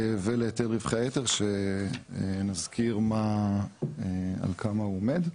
ולהיטל רווחי היתר, שנזכיר על כמה הוא עומד.